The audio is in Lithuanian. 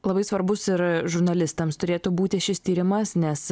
labai svarbus ir žurnalistams turėtų būti šis tyrimas nes